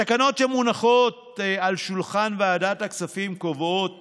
התקנות שמונחות על שולחן ועדת הכספים קובעות